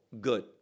good